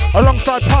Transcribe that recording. alongside